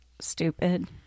stupid